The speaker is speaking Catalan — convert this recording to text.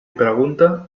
pregunta